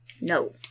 No